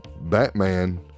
Batman